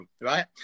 right